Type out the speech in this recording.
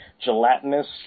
gelatinous